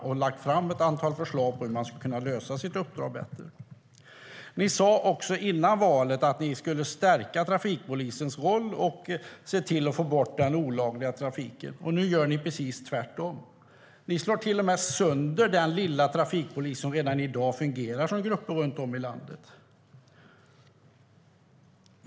De har lagt fram ett antal förslag på hur de bättre skulle kunna utföra sitt uppdrag. Före valet sa ni, Anders Ygeman, att ni skulle stärka trafikpolisens roll och se till att få bort den olagliga trafiken. Nu gör ni precis tvärtom. Ni slår till och med sönder den lilla grupp trafikpoliser som i dag fungerar runt om i landet.